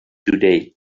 today